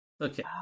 okay